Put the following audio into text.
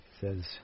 says